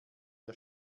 der